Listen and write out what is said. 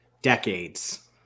Decades